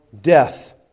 death